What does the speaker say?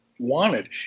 wanted